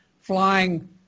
flying